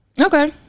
okay